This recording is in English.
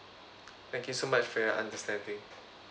thank you so much for your understanding